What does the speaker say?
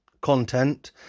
content